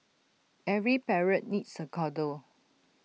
every parrot needs A cuddle